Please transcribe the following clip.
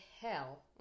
hell